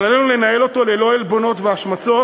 אבל עלינו לנהל אותו ללא עלבונות והשמצות,